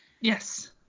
yes